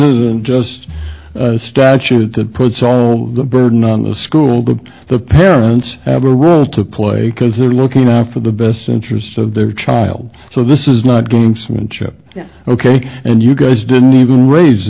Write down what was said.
isn't just a statute that puts all the burden on the school but the parents have a role to play because they're looking out for the best interests of their child so this is not doing some chat ok and you guys didn't even raise